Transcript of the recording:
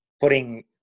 putting